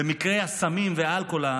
ובמקרי הסמים והאלכוהול,